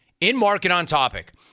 in-market-on-topic